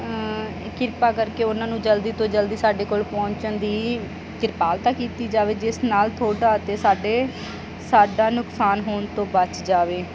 ਕਿਰਪਾ ਕਰਕੇ ਉਹਨਾਂ ਨੂੰ ਜਲਦੀ ਤੋਂ ਜਲਦੀ ਸਾਡੇ ਕੋਲ ਪਹੁੰਚਣ ਦੀ ਕਿਰਪਾਲਤਾ ਕੀਤੀ ਜਾਵੇ ਜਿਸ ਨਾਲ ਤੁਹਾਡਾ ਅਤੇ ਸਾਡਾ ਸਾਡਾ ਨੁਕਸਾਨ ਹੋਣ ਤੋਂ ਬਚ ਜਾਵੇ